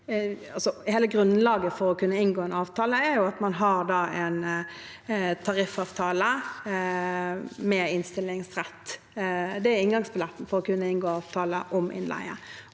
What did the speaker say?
hele grunnlaget for å kunne inngå en avtale er at man har en tariffavtale med innstillingsrett. Det er inngangsbilletten for å kunne inngå avtale om innleie.